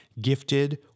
gifted